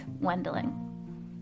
Wendling